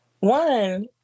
One